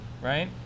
right